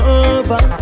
over